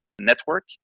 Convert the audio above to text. network